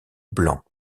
blanc